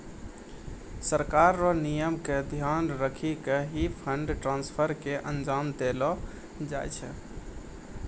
सरकार र नियम क ध्यान रखी क ही फंड ट्रांसफर क अंजाम देलो जाय छै